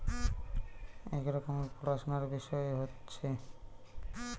এক রকমের পড়াশুনার বিষয় হতিছে